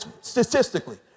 statistically